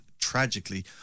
tragically